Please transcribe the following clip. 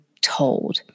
told